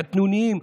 קטנוניים,